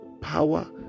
power